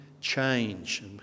change